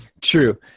true